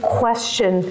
question